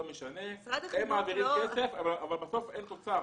הם מעבירים כסף אבל בסוף אין תוצר.